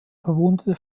verwundete